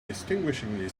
disgustingly